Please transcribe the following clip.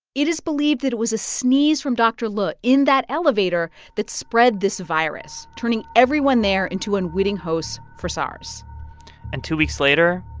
it is believed that it was a sneeze from dr. liu in that elevator that spread this virus, turning everyone there into unwitting hosts for sars and two weeks later,